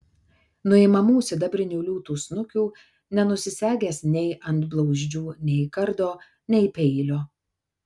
nuimamų sidabrinių liūtų snukių nenusisegęs nei antblauzdžių nei kardo nei peilio